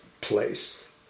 place